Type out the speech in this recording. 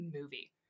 movie